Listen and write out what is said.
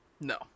No